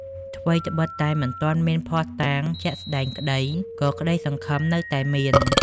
ថ្វីត្បិតតែមិនទាន់មានភស្តុតាងជាក់ស្តែងក្តី ក៏ក្តីសង្ឃឹមនៅតែមាន។